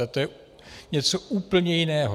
A to je něco úplně jiného.